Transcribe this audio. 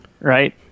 right